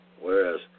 Whereas